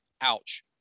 Ouch